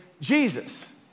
Jesus